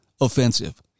offensive